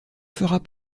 feras